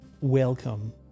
welcome